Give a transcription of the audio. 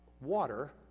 water